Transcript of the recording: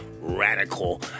radical